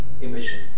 emission